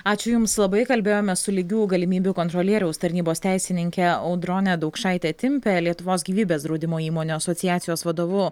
ačiū jums labai kalbėjome su lygių galimybių kontrolieriaus tarnybos teisininke audrone daukšaite timpe lietuvos gyvybės draudimo įmonių asociacijos vadovu